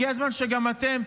הגיע הזמן שגם אתם,